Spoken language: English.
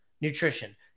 Nutrition